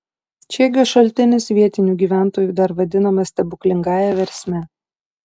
čiegio šaltinis vietinių gyventojų dar vadinamas stebuklingąja versme